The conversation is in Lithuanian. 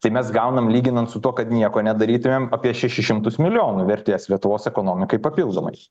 tai mes gaunam lyginant su tuo kad nieko nedarytumėm apie šešis šimtus milijonų vertės lietuvos ekonomikai papildomai